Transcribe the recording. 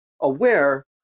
aware